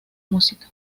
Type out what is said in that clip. música